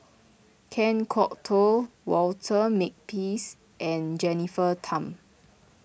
Kan Kwok Toh Walter Makepeace and Jennifer Tham